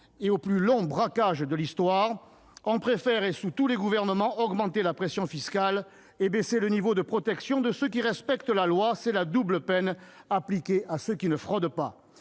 et au plus long braquage de l'histoire, l'on préfère, et ce sous tous les gouvernements, augmenter la pression fiscale et baisser le niveau de protection de ceux qui respectent la loi : c'est la double peine appliquée à ceux qui ne fraudent pas